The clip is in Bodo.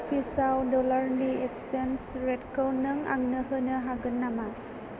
रुपिसआव डलारनि एकसेन्स रेटखौ नों आंनो होनो हागोन नामा